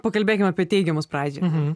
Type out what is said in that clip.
pakalbėkim apie teigiamus pradžiai